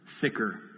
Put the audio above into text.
thicker